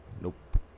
Nope